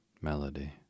melody